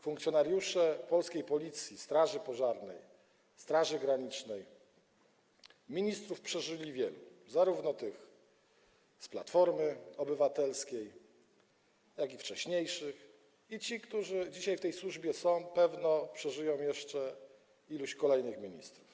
Funkcjonariusze polskiej Policji, Państwowej Straży Pożarnej, Straży Granicznej ministrów przeżyli wielu, zarówno tych z Platformy Obywatelskiej, jak i wcześniejszych, i ci, którzy dzisiaj w tej służbie są, pewno przeżyją jeszcze iluś kolejnych ministrów.